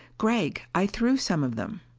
gregg, i threw some of them.